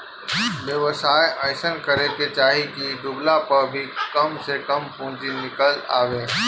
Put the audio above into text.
व्यवसाय अइसन करे के चाही की डूबला पअ भी कम से कम पूंजी निकल आवे